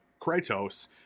Kratos